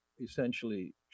essentially